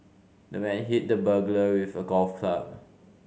the man hit the burglar with a golf club